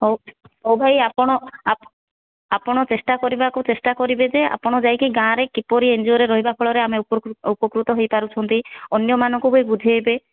ହଉ ଭାଇ ଆପଣ ଆପଣ ଚେଷ୍ଟା କରିବାକୁ ଚେଷ୍ଟା କରିବେ ଯେ ଆପଣ ଯାଇକି ଗାଁରେ କିପରି ଏନ୍ଜିଓରେ ରହିବା ଫଳରେ ଆମେ ଉପକୃତ ହେଇପାରୁଛନ୍ତି ଅନ୍ୟମାନଙ୍କୁ ବି ବୁଝାଇବେ